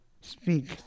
speak